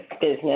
business